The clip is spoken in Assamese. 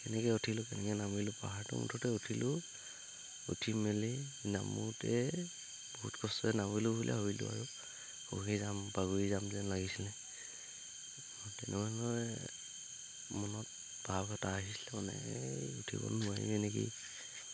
কেনেকে উঠিলো কেনেকে নামিলোঁ পাহাৰটো মুঠতে উঠিলোঁ উঠি মেলি নামোতে বহুত কষ্টতে নামিলোঁ ভাবিলোঁ আৰু যাম যাম যেন লাগিছিলে